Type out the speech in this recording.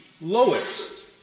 lowest